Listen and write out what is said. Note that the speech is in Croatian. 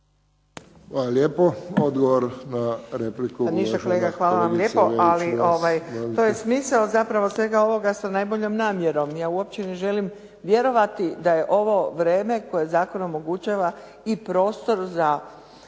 Hvala lijepo. Odgovor na repliku